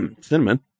Cinnamon